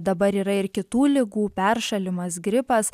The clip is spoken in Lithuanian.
dabar yra ir kitų ligų peršalimas gripas